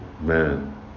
man